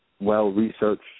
well-researched